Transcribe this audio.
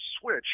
switch